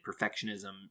perfectionism